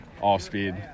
off-speed